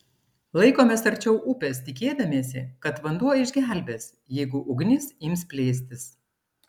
laikomės arčiau upės tikėdamiesi kad vanduo išgelbės jeigu ugnis ims plėstis